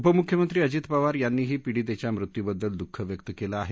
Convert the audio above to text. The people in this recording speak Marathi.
उपमुख्यमंत्री अजित पवार यांनीही पिडीतेच्या मृत्युबद्दल दुःख व्यक्त केलं आहे